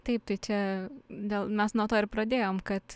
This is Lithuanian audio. taip tai čia dėl mes nuo to ir pradėjom kad